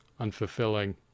unfulfilling